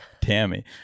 Tammy